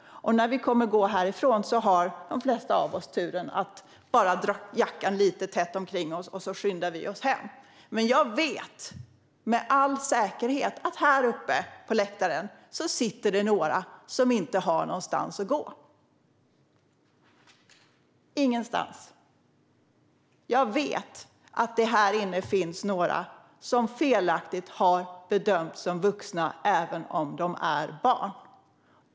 När vi kommer att gå härifrån har de flesta av oss turen att bara kunna dra jackan lite tätare omkring oss och skynda oss hem. Men jag vet med all säkerhet att det här uppe på läktaren sitter några som inte har någonstans att gå - ingenstans. Jag vet att det här inne finns några som felaktigt har bedömts som vuxna även om de är barn.